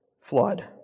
flood